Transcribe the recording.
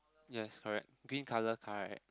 yes correct green colour car right